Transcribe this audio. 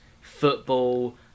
football